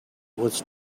was